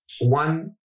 One